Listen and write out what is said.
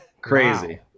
Crazy